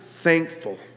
thankful